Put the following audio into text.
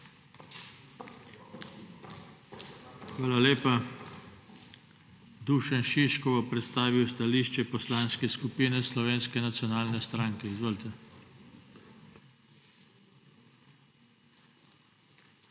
Hvala lepa. Dušan Šiško bo predstavil stališče Poslanske skupine Slovenske nacionalne stranke. Izvolite.